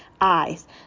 eyes